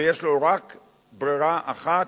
ויש לו רק ברירה אחת,